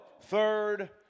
third